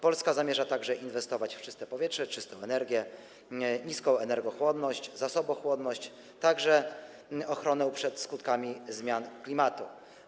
Polska zamierza także inwestować w czyste powietrze, czystą energię, niską energochłonność i zasobochłonność, a także ochronę przed skutkami zmian klimatu.